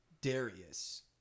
Darius